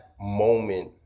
moment